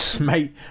Mate